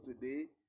today